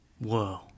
Whoa